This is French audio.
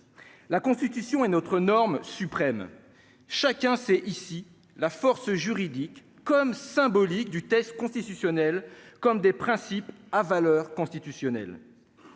la constitution et notre norme suprême chacun sait ici la force juridique comme symbolique du texte constitutionnel comme des principes à valeur constitutionnelle,